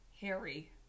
Harry